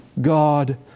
God